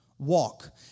Walk